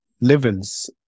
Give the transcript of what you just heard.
levels